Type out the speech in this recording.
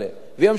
וימשיכו לצאת,